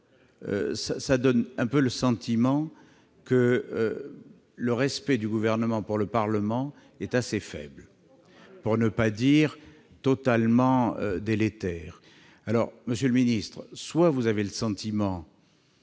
cela donne le sentiment que le respect du Gouvernement pour le Parlement est assez faible, pour ne pas dire totalement délétère ... Ah oui ! Monsieur le secrétaire d'État, soit vous avez le sentiment